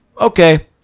okay